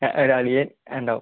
ഒരളിയൻ ഉണ്ടാവും